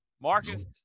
Marcus